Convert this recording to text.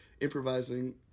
improvising